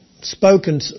spoken